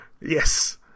Yes